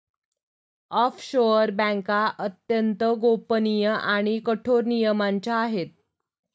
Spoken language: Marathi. ऑफशोअर बँका अत्यंत गोपनीय आणि कठोर नियमांच्या आहे